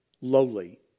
lowly